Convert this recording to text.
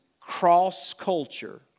cross-culture